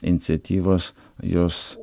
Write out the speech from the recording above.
iniciatyvos jos